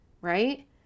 right